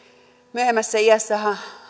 myöhemmässä iässä